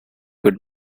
could